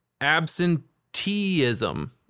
Absenteeism